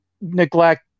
neglect